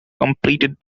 completed